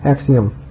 axiom